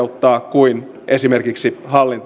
kuin esimerkiksi hallintarekisteröinti